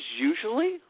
usually